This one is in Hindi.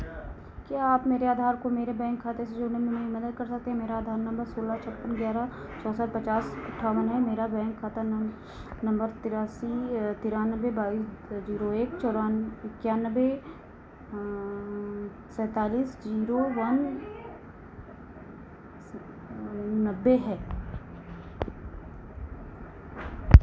क्या आप मेरे आधार को मेरे बैंक खाते से जोड़ने में मेरी मदद कर सकते हैं मेरा आधार नंबर सोलह छप्पन ग्यारह चौंसठ पचास अट्ठावन है और मेरा बैंक खाता नम नंबर तिरासी तिरानवे बाईस जीरो एक चौरान इक्यानवे सैंतालीस जीरो वन स नब्बे है